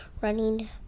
running